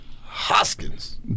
Hoskins